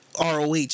ROH